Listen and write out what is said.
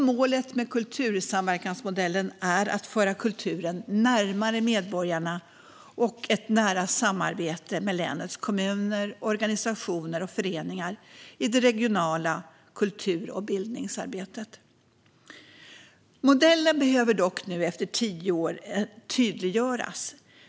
Målet med kultursamverkansmodellen är att föra kulturen närmare medborgarna och ett nära samarbete med länets kommuner, organisationer och föreningar i det regionala kultur och bildningsarbetet. Modellen behöver dock nu efter tio år tydliggöras.